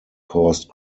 caused